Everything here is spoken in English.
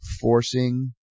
forcing